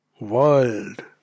world